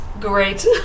Great